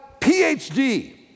PhD